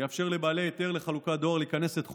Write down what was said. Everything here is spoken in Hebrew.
זה יאפשר לבעלי היתר לחלוקת דואר להיכנס לתחום